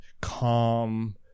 calm